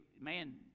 Man